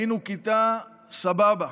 היינו כיתה סבבה,